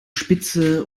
spitze